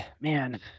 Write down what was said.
man